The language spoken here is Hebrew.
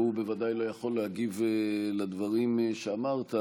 והוא בוודאי לא יכול להגיב על הדברים שאמרת,